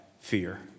fear